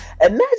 Imagine